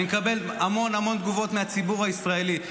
אני מקבל המון המון תגובות מהציבור הישראלי,